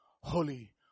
Holy